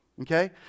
Okay